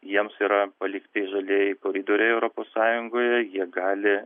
jiems yra palikti žalieji koridoriai europos sąjungoje jie gali